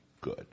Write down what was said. good